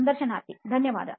ಸಂದರ್ಶನಾರ್ಥಿ ಧನ್ಯವಾದ